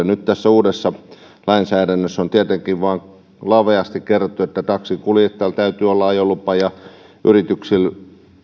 nyt tässä uudessa lainsäädännössä on tietenkin vain laveasti kerrottu että taksinkuljettajalla täytyy olla ajolupa ja yrityksillä